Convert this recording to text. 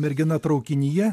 mergina traukinyje